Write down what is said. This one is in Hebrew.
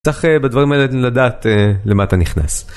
צריך בדברים האלה לדעת למה אתה נכנס.